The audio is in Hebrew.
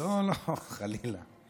לא, לא, חלילה.